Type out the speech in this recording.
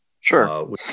sure